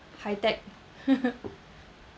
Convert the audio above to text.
high tech